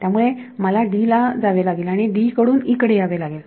त्यामुळे मला ला जावे लागेल आणि कडून कडे यावे लागेल